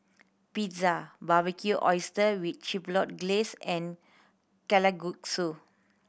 Pizza Barbecued Oyster with Chipotle Glaze and Kalguksu